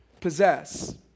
possess